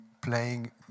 playing